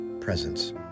Presence